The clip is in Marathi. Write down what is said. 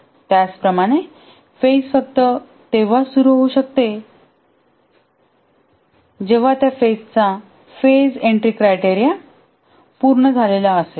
त्याचप्रमाणे फेज फक्त तेव्हाच सुरू होऊ शकते जेव्हा त्या फेजचा फेज एन्ट्री क्रायटेरिया पूर्ण झालेला असेल